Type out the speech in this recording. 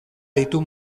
ditu